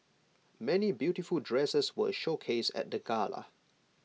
many beautiful dresses were showcased at the gala